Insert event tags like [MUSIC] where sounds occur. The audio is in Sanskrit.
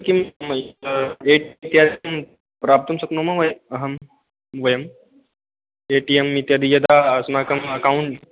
किं [UNINTELLIGIBLE] प्राप्तुं शक्नुमः वयम् अहं वयं ए टि एम् इत्यादि यदा अस्माकम् अकौण्ट्